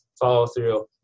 follow-through